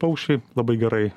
paukščiai labai gerai